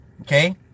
Okay